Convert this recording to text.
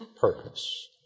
purpose